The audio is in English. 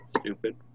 stupid